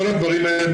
כל הדברים האלה,